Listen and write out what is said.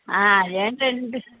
ఆ ఏంటండి